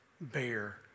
bear